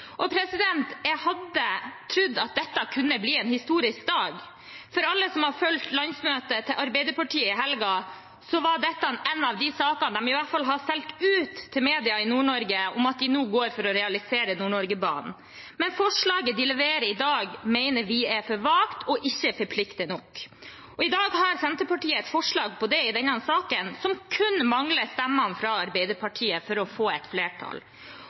Jeg hadde trodd dette kunne bli en historisk dag. For alle som har fulgt landsmøtet til Arbeiderpartiet i helgen, var dette en av de sakene de i hvert fall hadde meldt ut til media i Nord-Norge, om at de går for å realisere Nord-Norgebanen. Men forslaget de leverer i dag, mener vi er for vagt og ikke forplikter nok. I dag har Senterpartiet et forslag på det i denne saken, som kun mangler stemmene fra Arbeiderpartiet for å få et flertall.